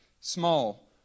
small